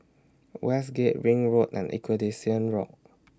Westgate Ring Road and Equest Rock